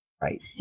right